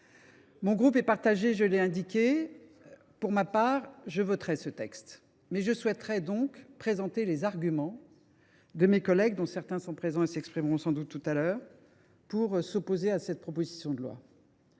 Vous n’en avez jamais vu ! Pour ma part, je voterai ce texte, mais je souhaite présenter les arguments de mes collègues, dont certains sont présents et s’exprimeront sans doute tout à l’heure, qui s’opposent à cette proposition de loi.